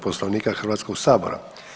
Poslovnika Hrvatskog sabora.